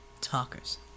Talkers